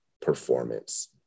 performance